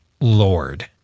Lord